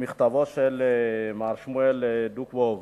מכתבו של מר שמואל דוקוב,